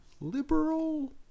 liberal